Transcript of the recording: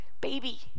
baby